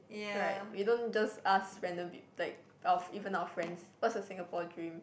right we don't just ask random peop~ like our even our friends what's your Singapore dream